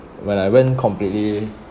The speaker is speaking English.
when I went completely